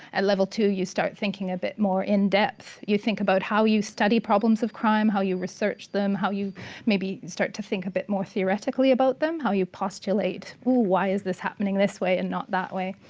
at level two, you start thinking a bit more in depth. you think about how you study problems of crime, how you research them, how you maybe start to think a bit more theoretically about them, how you postulate, oh, why is this happening this way and not that way.